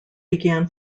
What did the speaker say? began